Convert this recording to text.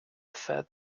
fed